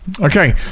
okay